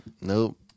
Nope